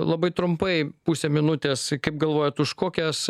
labai trumpai pusę minutės kaip galvojat už kokias